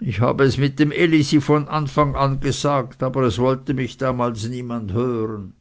ich habe es mit dem elisi von anfang an gesagt aber es wollte mich damals niemand hören